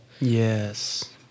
Yes